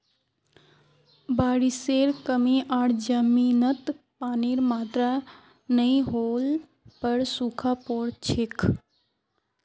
बारिशेर कमी आर जमीनत पानीर मात्रा नई होल पर सूखा पोर छेक